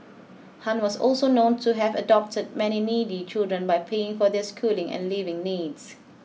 Han was also known to have adopted many needy children by paying for their schooling and living needs